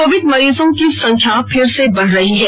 Covid मरीजों की संख्या फिर से बढ़ रही है